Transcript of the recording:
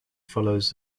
follows